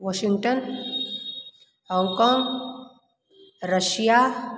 Washington Hong Kong Russia